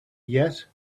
yet